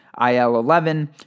IL-11